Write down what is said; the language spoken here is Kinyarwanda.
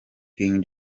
king